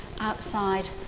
outside